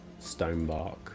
stonebark